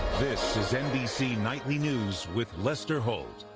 this is nbc nightly news with lester holt.